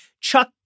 Chuck